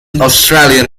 australian